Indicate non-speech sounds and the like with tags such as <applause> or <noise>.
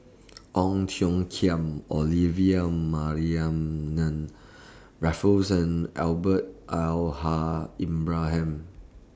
Ong Tiong Khiam Olivia Mariamne Raffles and <unintelligible> Al Haj Ibrahim